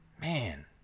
man